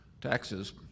taxes